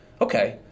Okay